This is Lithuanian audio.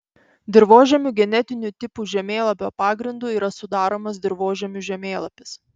dirvožemių genetinių tipų žemėlapio pagrindu yra sudaromas dirvožemių žemėlapis